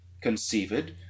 conceived